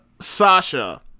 Sasha